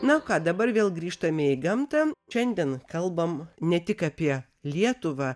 na o ką dabar vėl grįžtame į gamtą šiandien kalbam ne tik apie lietuvą